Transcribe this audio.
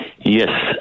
Yes